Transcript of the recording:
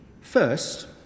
First